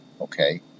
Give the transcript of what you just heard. Okay